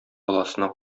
баласына